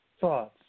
thoughts